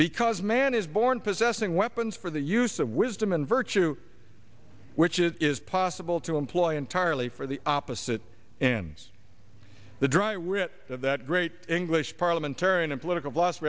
because man is born possessing weapons for the use of wisdom and virtue which is possible to employ entirely for the opposite ends the dry wit of that great english parliamentarian and political